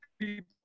People